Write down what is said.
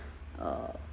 uh